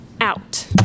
out